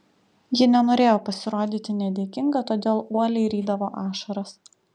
ji nenorėjo pasirodyti nedėkinga todėl uoliai rydavo ašaras